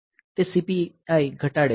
તે CPI ઘટાડે છે